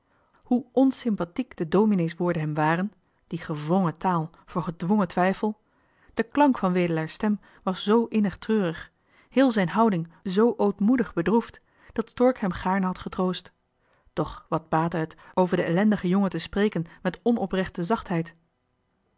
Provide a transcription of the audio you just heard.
hoe onsympathiek de domineeswoorden hem waren die gewrongen taal voor gedwongen twijfel de klank johan de meester de zonde in het deftige dorp van wedelaar's stem was zoo innig treurig heel zijn houding zoo ootmoedig bedroefd dat stork hem gaarne had getroost doch wat baatte het over den ellendigen jongen te spreken met onoprechte zachtheid